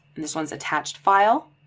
and this one's attached file.